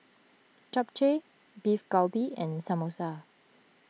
Japchae Beef Galbi and Samosa